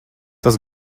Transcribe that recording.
tas